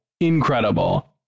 Incredible